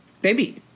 baby